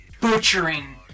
butchering